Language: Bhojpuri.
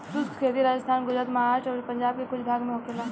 शुष्क खेती राजस्थान, गुजरात, महाराष्ट्र अउरी पंजाब के कुछ भाग में होखेला